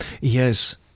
Yes